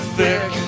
thick